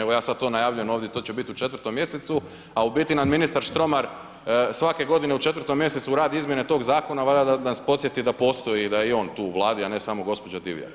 Evo ja sada to najavljujem ovdje, to će biti u 4. mjesecu a u biti nam ministar Štromar svake godine u 4. mjesecu radi izmjene tog zakona valjda da nas podsjeti da postoji, da je i on tu u Vladi a ne samo gđa. Divjak.